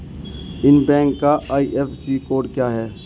इस बैंक का IFSC code क्या है?